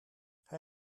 hij